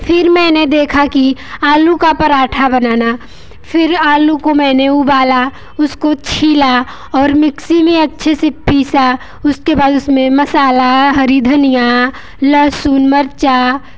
फिर मैंने देखा कि आलू का पराठा बनाना फिर आलू को मैंने उबाला उसको छीला और मिक्सी में अच्छे से पीसा उसके बाद उसमें मसाला हरी धनिया लहसुन मिर्च